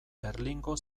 berlingo